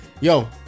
yo